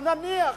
אבל נניח.